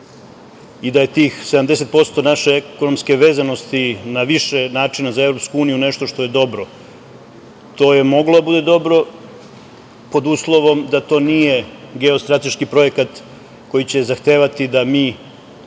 i da je tih 70% naše ekonomske vezanosti na više načina za EU, nešto što je dobro. To je moglo da bude dobro pod uslovom da to nije geostrateški projekat koji će zahtevati da mi